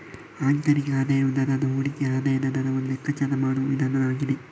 ಆಂತರಿಕ ಆದಾಯದ ದರವು ಹೂಡಿಕೆಯ ಆದಾಯದ ದರವನ್ನ ಲೆಕ್ಕಾಚಾರ ಮಾಡುವ ವಿಧಾನ ಆಗಿದೆ